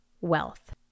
wealth